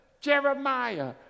Jeremiah